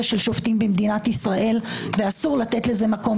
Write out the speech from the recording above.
של שופטים במדינת ישראל ואסור לתת לזה מקום.